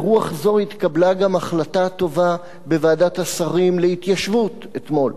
ברוח זו התקבלה גם ההחלטה הטובה בוועדת השרים להתיישבות אתמול.